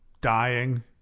dying